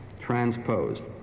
transposed